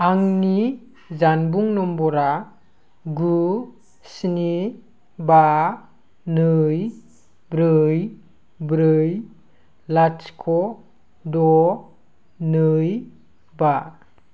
आंनि जानबुं नम्बरा गु स्नि बा नै ब्रै ब्रै लाथिख' द' नै बा